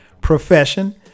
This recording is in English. profession